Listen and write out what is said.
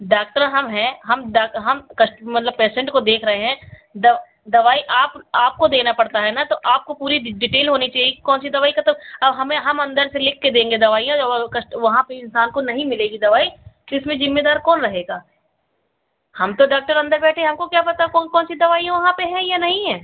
doctor हम हैं हम हम कस्ट मतलब पेशेन्ट को देख रहे हैं दव दवाई आप आपको देना पड़ता है ना तो आपको पूरी डिटेल होनी चाहिए कौन सी दवाई खत्म अब हमें हम अन्दर से लिखकर देंगे दवाइयाँ जब कस्ट वहाँ पर इन्सान को नहीं मिलेगी दवाई तो इसमें ज़िम्मेदार कौन रहेगा हम तो डॉक्टर अन्दर बैठे हमको क्या पता कौन कौन सी दवाइयाँ वहाँ पर हैं या नहीं हैं